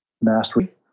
mastery